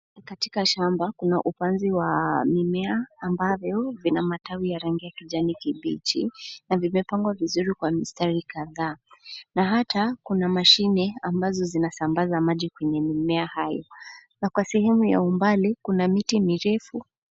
Katika shamba kuna upanzi wa mimea ambavyo vina matawi ya rangi ya kijani kibichi na vimepangwa vizuri kwa mistari kadhaa na hata kuna mashine ambazo zinasambaza maji kwenye mimea hayo na kwa sehemu ya umbali kuna miti mirefu.